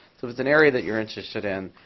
so if it's an area that you're interested in,